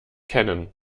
kennen